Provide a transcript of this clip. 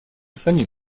самим